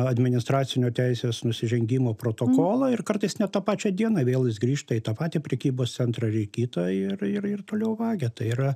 administracinio teisės nusižengimo protokolą ir kartais net tą pačią dieną vėl grįžta į tą patį prekybos centrą ar į kitą ir ir ir toliau vagia tai yra